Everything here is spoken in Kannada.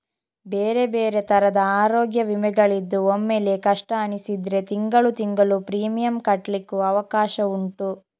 ಬೇರೆ ಬೇರೆ ತರದ ಅರೋಗ್ಯ ವಿಮೆಗಳಿದ್ದು ಒಮ್ಮೆಲೇ ಕಷ್ಟ ಅನಿಸಿದ್ರೆ ತಿಂಗಳು ತಿಂಗಳು ಪ್ರೀಮಿಯಂ ಕಟ್ಲಿಕ್ಕು ಅವಕಾಶ ಉಂಟು